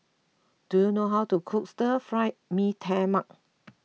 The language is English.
do you know how to cook Stir Fry Mee Tai Mak